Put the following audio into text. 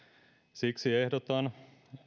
siksi ehdotan